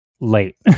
late